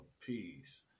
peace